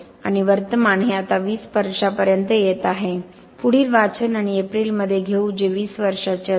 आणि वर्तमान हे आता 20 वर्षांपर्यंत येत आहे पुढील वाचन आपण एप्रिलमध्ये घेऊ जे 20 वर्षांचे असेल